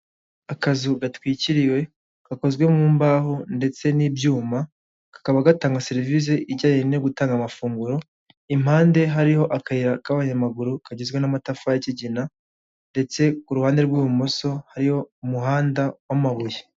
Akazu gatwikiriwe gakozwe mu mbaho ndetse n'ibyuma, kakaba gatanga serivisi ijyanye no gutanga amafunguro, impande hariho akayira k'abanyamaguru kagizwe n'amatafari k'ikigina, ndetse ku ruhande rw'ibumoso hariho umuhanda w'amabuye.